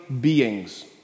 beings